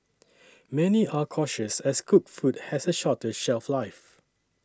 many are cautious as cooked food has a shorter shelf life